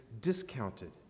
discounted